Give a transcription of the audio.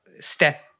step